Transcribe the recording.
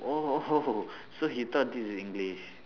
oh so he thought this is english